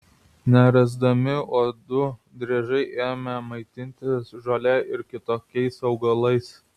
nerasdami uodų driežai ėmė maitintis žole ir kitokiais augalais